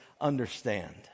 understand